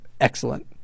excellent